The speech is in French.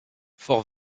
fort